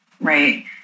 Right